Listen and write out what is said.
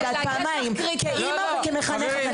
אני נפגעת פעמיים, כאימא וכמחנכת.